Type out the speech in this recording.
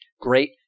great